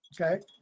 Okay